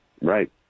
Right